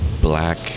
black